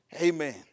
Amen